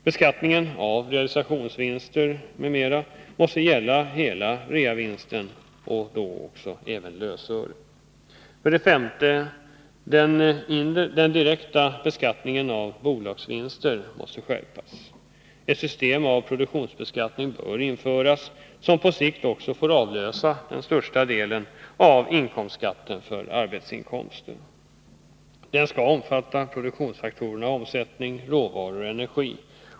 Beskattningen av realisationsvinster måste gälla hela reavinsten och även lösöre. 5. Den direkta beskattningen av bolagsvinster måste skärpas. Ett system av produktionsbeskattning bör införas som på sikt får avlösa den största delen av inkomstskatten för arbetsinkomster. Den skall omfatta produktionsfaktorerna omsättning, råvaror och energi.